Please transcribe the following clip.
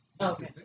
Okay